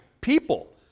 people